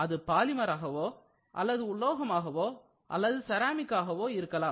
அது பாலிமராகவோ அல்லது உலோகமாகவோ அல்லது செராமிக்காகவோ இருக்கலாம்